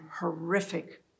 horrific